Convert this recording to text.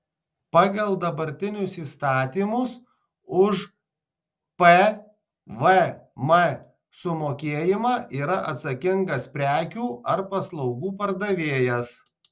pagal dabartinius įstatymus už pvm sumokėjimą yra atsakingas prekių ar paslaugų pardavėjas